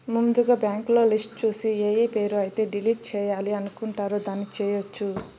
ముందుగా బ్యాంకులో లిస్టు చూసి ఏఏ పేరు అయితే డిలీట్ చేయాలి అనుకుంటారు దాన్ని చేయొచ్చు